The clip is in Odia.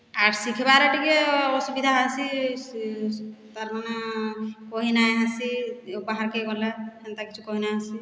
ଆର୍ ଶିଖ୍ବାରେ ଟିକେ ଅସୁବିଧା ହେସି ତାର୍ ମାନେ କହିନାଇଁ ହେସି ବାହାର୍କେ ଗଲେ ହେନ୍ତା କିଛି କହି ନାଇଁ ହେସି